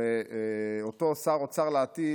ואותו שר אוצר לעתיד,